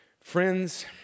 Friends